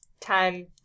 time